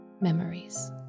Memories